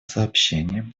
сообщениям